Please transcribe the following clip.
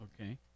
Okay